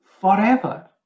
forever